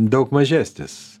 daug mažesnis